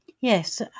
Yes